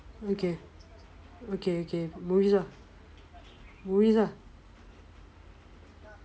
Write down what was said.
okay okay okay movies what movies lah